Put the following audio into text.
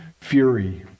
fury